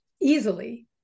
easily